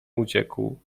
uciekł